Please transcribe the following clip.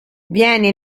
viene